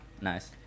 Nice